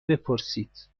بپرسید